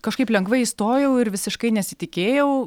kažkaip lengvai įstojau ir visiškai nesitikėjau